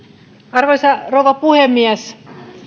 arvoisa rouva puhemies